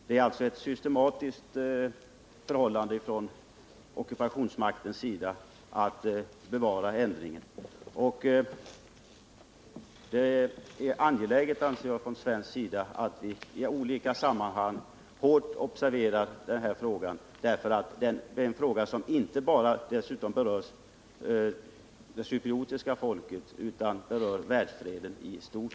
Det är alltså ett systematiskt tillvägagångssätt från ockupationsmaktens sida att bevara ändringen, och det är angeläget, anser jag, att vi från svensk sida i olika sammanhang noga observerar frågan, för det är en fråga som inte bara berör det cypriotiska folket utan världsfreden i stort.